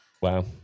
Wow